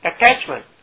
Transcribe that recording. attachment